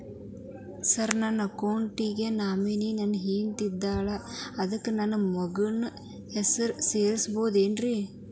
Sir ನನ್ನ account ಗೆ nominee ನನ್ನ ಹೆಂಡ್ತಿ ಇದ್ದಾಳ ಅದಕ್ಕ ನನ್ನ ಮಗನ ಹೆಸರು ಸೇರಸಬಹುದೇನ್ರಿ?